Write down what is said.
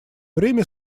время